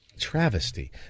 Travesty